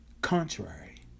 contrary